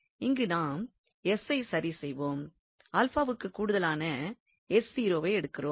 இங்கு நாம் ஐச் சரி செய்வோம் வுக்குக் கூடுதலான எடுக்கிறோம்